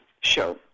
show